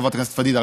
חברת הכנסת פדידה,